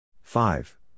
five